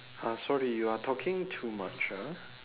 uh sorry you are talking too much ah